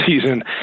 season